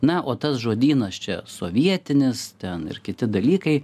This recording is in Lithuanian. na o tas žodynas čia sovietinis ten ir kiti dalykai